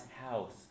house